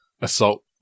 assault